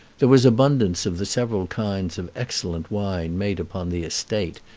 there was abundance of the several kinds of excellent wine made upon the estate,